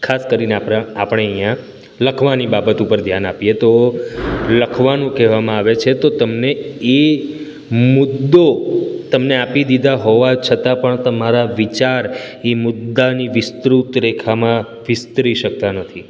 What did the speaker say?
ખાસ કરીને આપણે અહીંયા લખવાની બાબત ઉપર ધ્યાન આપીએ તો લખવાનું કહેવામાં આવે છે તો તમને એ મુદ્દો તમને આપી દીધા હોવા છતાં પણ તમારા વિચાર એ મુદ્દાની વિસ્તૃત રેખામાં વિસ્તરી શકતા નથી